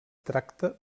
tracta